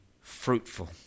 fruitful